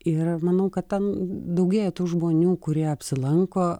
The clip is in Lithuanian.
ir manau kad ten daugėja tų žmonių kurie apsilanko